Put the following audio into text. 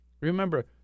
Remember